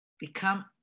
become